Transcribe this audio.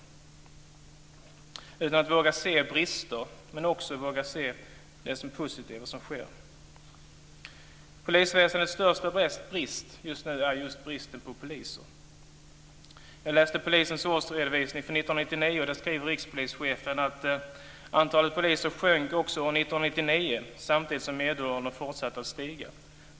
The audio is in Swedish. I stället gäller det att våga se både brister och positivt som sker. Polisväsendets största brist för närvarande är just bristen på poliser. Jag har läst polisens årsredovisning för år 1999. Där skriver rikspolischefen: "Antalet poliser sjönk också år 1999 samtidigt som medelåldern fortsatte att stiga."